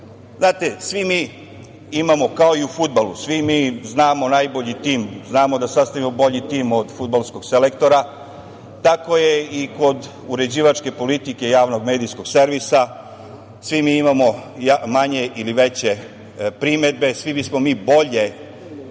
znate, svi mi imamo kao i u fudbalu, svi mi znamo najbolji tim, znamo da sastavimo bolji tim od fudbalskog selektora, tako je i kod uređivačke politike javnog medijskog servisa, svi mi imamo manje ili veće primedbe, svi bismo mi bolje